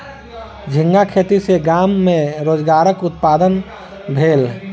झींगा खेती सॅ गाम में रोजगारक उत्पादन भेल